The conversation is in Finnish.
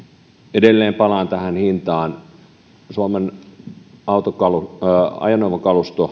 edelleen palaan tähän hintaan suomen ajoneuvokaluston